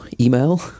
email